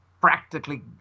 practically